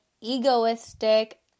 egoistic